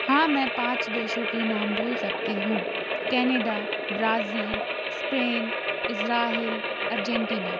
हाँ मैं पाँच देशों के नाम बोल सकती हूँ Canada Brazil Spain Israel Argentina